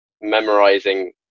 memorizing